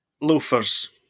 loafers